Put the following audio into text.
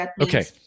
Okay